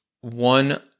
One